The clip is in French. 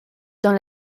dans